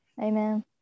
Amen